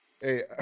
Hey